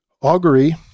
Augury